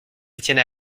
etienne